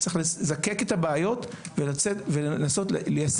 צריך לא לפסול מתווה לפני שהוא בחן